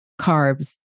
carbs